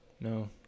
No